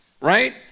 right